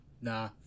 Nah